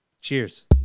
Cheers